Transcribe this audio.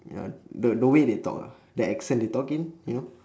ya the the way they talk ah the accent they talking you know